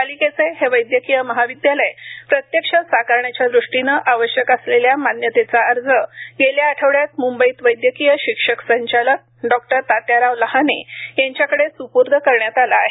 पालिकेचे हे वैद्यकीय महाविद्यालय प्रत्यक्ष साकारण्याच्या द्रष्टीने आवश्यक असलेल्या मान्यतेचा अर्ज गेल्या आठवड्यात मुंबईत वैद्यकीय शिक्षक संचालक डॉक्टर तात्याराव लहाने यांच्याकडे सुपूर्द करण्यात आला आहे